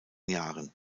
jahren